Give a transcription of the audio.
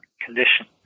condition